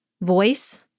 voice